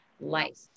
life